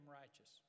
righteous